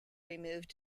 removed